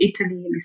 Italy